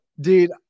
Dude